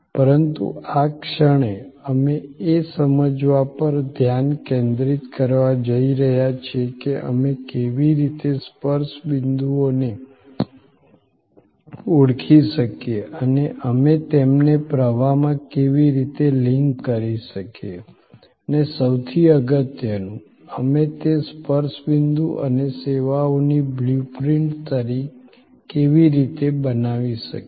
પરંતુ આ ક્ષણે અમે એ સમજવા પર ધ્યાન કેન્દ્રિત કરવા જઈ રહ્યા છીએ કે અમે કેવી રીતે સ્પર્શ બિંદુઓને ઓળખી શકીએ અને અમે તેમને પ્રવાહમાં કેવી રીતે લિંક કરી શકીએ અને સૌથી અગત્યનું અમે તે સ્પર્શ બિંદુ અને સેવાઓની બ્લુ પ્રિન્ટ કેવી રીતે બનાવી શકીએ